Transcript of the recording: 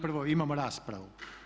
Prvo, imamo raspravu?